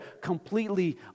completely